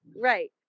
Right